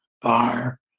bar